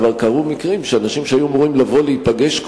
כבר קרו מקרים שאנשים שהיו אמורים לבוא להיפגש,